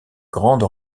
grande